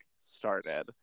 started